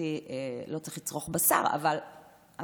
מבחינתי לא צריך לצרוך בשר, אבל